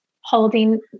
holding